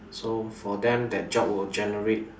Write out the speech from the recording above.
so for them that job would generate